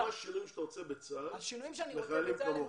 מה השינויים שאתה רוצה שיהיו בצה"ל לחיילים כמוך?